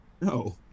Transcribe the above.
No